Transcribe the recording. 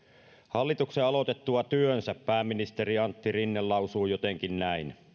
hallituksen aloitettua työnsä pääministeri antti rinne lausui jotenkin niin että